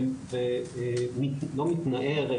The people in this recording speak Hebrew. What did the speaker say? ולא מתנער,